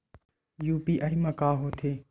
UPI मा का होथे?